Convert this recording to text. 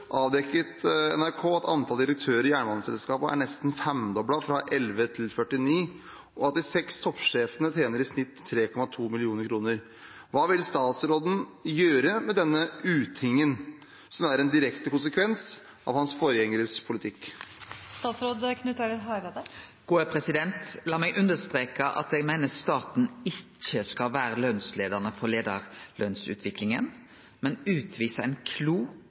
avdekket NRK at antallet direktører i jernbaneselskapene er nesten femdoblet, fra 11 til 49, og at de seks toppsjefene tjener i snitt 3,2 mill. kroner. Hva vil statsråden gjøre med denne utingen, som er en direkte konsekvens av hans forgjengeres politikk?» Lat meg understreke at eg meiner staten ikkje skal vere lønsleiande i leiarlønsutviklinga, men utvise